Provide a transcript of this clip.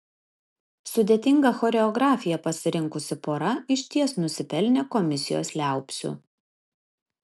sudėtingą choreografiją pasirinkusi pora išties nusipelnė komisijos liaupsių